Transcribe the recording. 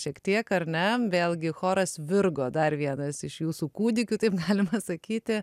šiek tiek ar ne vėlgi choras virgo dar vienas iš jūsų kūdikių taip galima sakyti